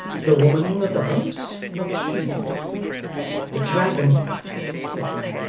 the woman of the house what's she a dragon said dick.